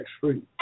free